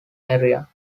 area